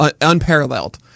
unparalleled